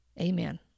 Amen